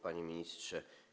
Panie Ministrze!